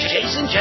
Jason